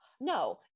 No